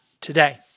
today